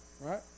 Right